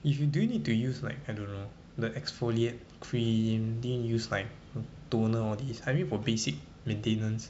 if you do need to use like I don't know the exfoliate cream didn't use like toner all these I mean for basic maintenance